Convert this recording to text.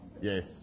Yes